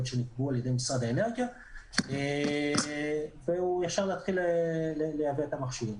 שנקבעו על-ידי משרד האנרגיה והוא יכול לייבא את המכשיר.